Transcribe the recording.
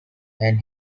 and